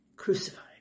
crucified